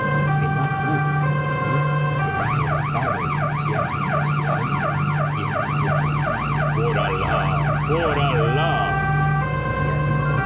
que no pudo reprimir el arrebatado entusiasmo de su alma y exclamó por alah por alah y